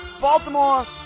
Baltimore